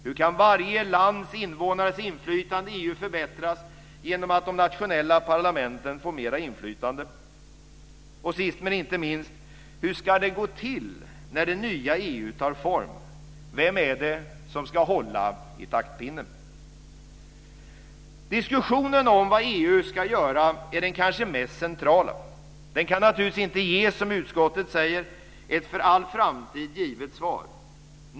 Hur kan inflytandet i EU för varje lands invånare förbättras genom att de nationella parlamenten får mer inflytande? Och sist men inte minst: Hur ska det gå till när det nya EU tar form? Vem är det som ska hålla i taktpinnen? Diskussionen om vad EU ska göra är den kanske mest centrala. Det kan naturligtvis inte ges, som utskottet säger, ett för all framtid givet svar.